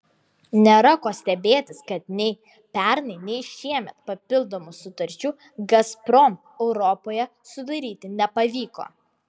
nėra ko stebėtis kad nei pernai nei šiemet papildomų sutarčių gazprom europoje sudaryti nepavyko